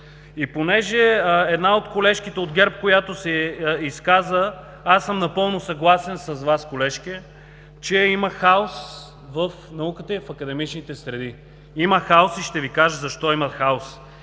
Понеже една от колежките от ГЕРБ, която се изказа – аз съм напълно съгласен с Вас, колежке, че има хаос в науката и в академичните среди. Има хаос и ще Ви кажа защо има хаос.